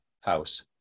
House